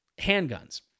handguns